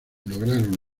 lograron